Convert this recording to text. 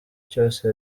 cyose